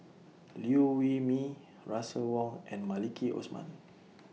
Liew Wee Mee Russel Wong and Maliki Osman